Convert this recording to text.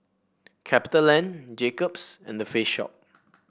Capitaland Jacob's and The Face Shop